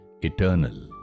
eternal